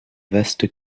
vaste